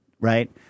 right